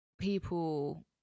people